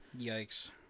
Yikes